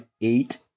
eight